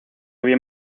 bien